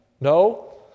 No